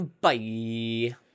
Bye